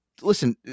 listen